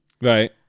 Right